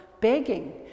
begging